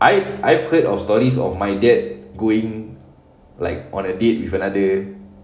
I've I've heard of stories of my dad going like on a date with another